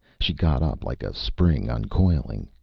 she got up like a spring uncoiling.